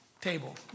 table